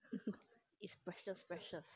is precious precious